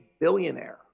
billionaire